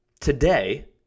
today